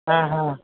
ಹಾಂ ಹಾಂ